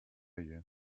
you